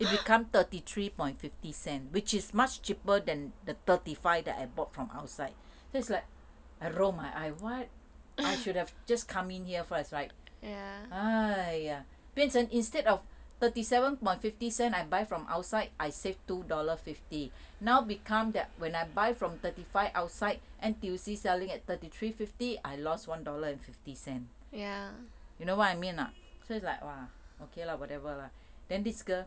it become thirty three point fifty cent which is much cheaper than the thirty five that I bought from outside that's like I roll my eye what I should have just come in here first right !aiya! 变成 instead of thirty seven point fifty cent I buy from outside I save two dollar fifty now become that when I buy from thirty five outside N_T_U_C selling at thirty three fifty I lost one dollar and fifty cents you know what I mean not so it's like !wah! okay lah whatever lah then this girl